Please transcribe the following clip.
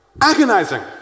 agonizing